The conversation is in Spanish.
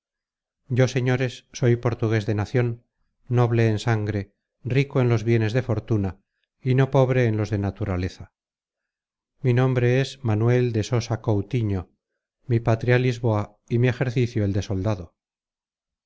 yo señores soy portugues de nacion noble en sangre rico en los bienes de fortuna y no pobre en los de naturaleza mi nombre es manuel de sosa coutiño mi patria lisboa y mi ejercicio el de soldado